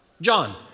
John